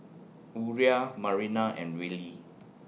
Uriah Marina and Willy